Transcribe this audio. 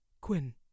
Quinn